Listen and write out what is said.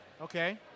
Okay